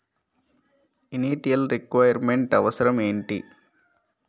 Initial requirement అవసరం ఎంటి?